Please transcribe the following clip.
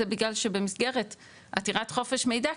זה בגלל שבמסגרת עתירת חופש מידע,